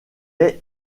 est